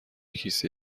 کیسه